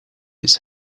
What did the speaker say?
his